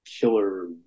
killer